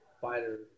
fighter